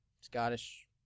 Scottish